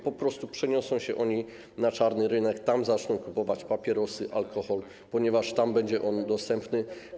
Po prostu przeniosą się oni na czarny rynek i tam zaczną kupować papierosy, alkohol, ponieważ tam będzie on dostępny.